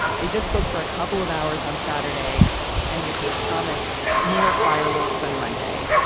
they just spoke for a couple of hours on saturday and they sort of promised more fireworks on monday.